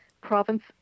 province